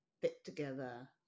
fit-together